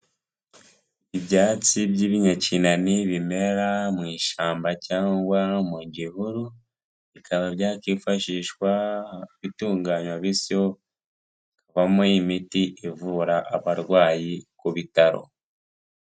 Ibyatsi by'ibinyakinani bimera mu ishyamba cyangwa no mu gihuru, bikaba byakwifashishwa bitunganywa bityo bikavamo imiti ivura abarwayi ku bitaro.